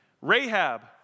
Rahab